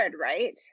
right